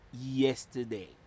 yesterday